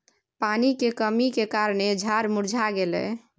पानी के कमी केर कारणेँ झाड़ मुरझा गेलै